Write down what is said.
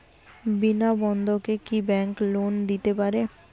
বিনা বন্ধকে কি bank loan দিতে পারে?